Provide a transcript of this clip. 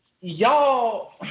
y'all